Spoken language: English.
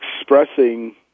expressing